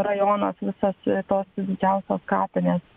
rajonas visas tos didžiausios kapinės